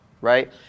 right